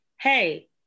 hey